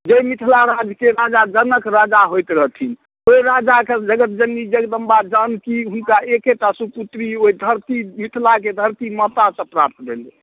जहि मिथिला राज्यके राजा जनक राजा होयत रहथिन ओइ राजा कऽ जगत जननी जगदम्बा जानकी हुनका एकेटा सुपुत्री ओहि धरती मिथिलाके धरती मातासँ प्राप्त भेलै